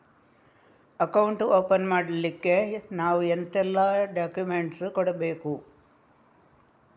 Account open ಮಾಡ್ಲಿಕ್ಕೆ ನಾವು ಎಂತೆಲ್ಲ ಡಾಕ್ಯುಮೆಂಟ್ಸ್ ಕೊಡ್ಬೇಕು?